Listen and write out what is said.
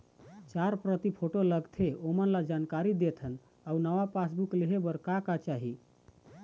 चार प्रति फोटो लगथे ओमन ला जानकारी देथन अऊ नावा पासबुक लेहे बार का का चाही?